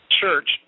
church